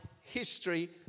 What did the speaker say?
History